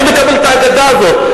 מי מקבל את האגדה הזאת?